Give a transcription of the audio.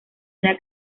una